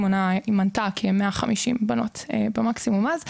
היא מנתה כמאה חמישים בנות במקסימום אז.